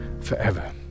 forever